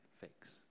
fix